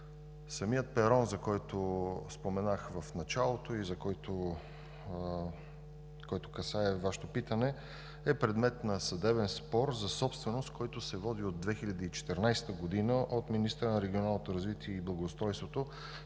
Самият перон, за който споменах в началото, и който касае Вашето питане, е предмет на съдебен спор за собственост, който се води от 2014 г. от министъра на регионалното развитие и благоустройството